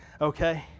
Okay